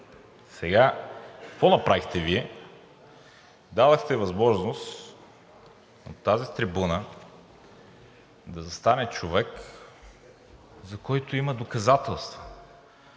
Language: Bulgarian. Сега какво направихте Вие? Дадохте възможност на тази трибуна да застане човек, за когото има доказателства,